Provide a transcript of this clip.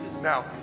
Now